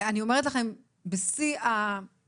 אני אומרת לכם בשיא היושר,